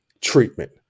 treatment